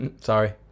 Sorry